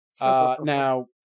Now